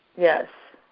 yes.